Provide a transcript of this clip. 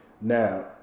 Now